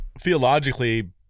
Theologically